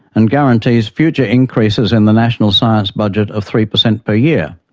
and guarantees future increases in the national science budget of three percent per year.